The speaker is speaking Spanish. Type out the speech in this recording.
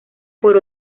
por